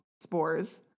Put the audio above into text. spores